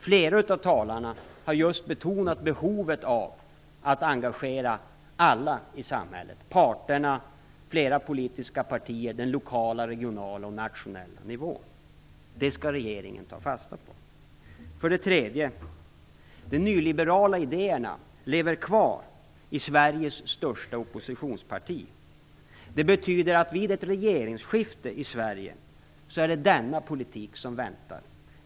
Flera av talarna har just betonat behovet av att engagera alla i samhället: parterna, flera politiska partier och aktörer på den lokala, regionala och nationella nivån. Det skall regeringen ta fasta på. En tredje slutsats är att de nyliberala idéerna lever kvar i Sveriges största oppositionsparti. Det betyder att vid ett regeringsskifte i Sverige är det denna politik som väntar.